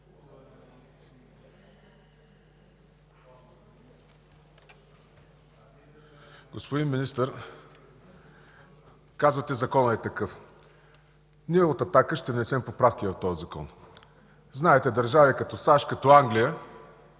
Господин Министър, казвате, че законът е такъв. Ние от „Атака” ще внесем поправки в този закон. Знаете, държави като САЩ и Англия